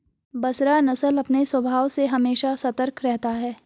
बसरा नस्ल अपने स्वभाव से हमेशा सतर्क रहता है